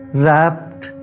wrapped